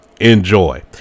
enjoy